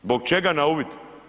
Zbog čega na uvid?